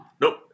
Nope